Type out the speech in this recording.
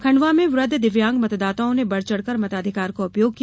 खण्डवा में वृद्ध दिव्यांग मतदाताओं ने बढ़ चढ़ कर मताधिकार का उपयोग किया